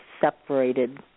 separated